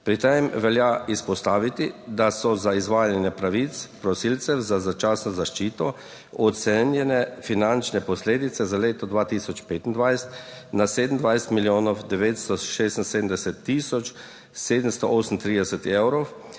Pri tem velja izpostaviti, da so za izvajanje pravic prosilcev za začasno zaščito ocenjene finančne posledice za leto 2025 na 27 milijonov 976 tisoč 738 evrov.